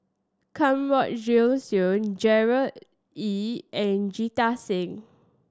Kanwaljit Soin Gerard Ee and Jita Singh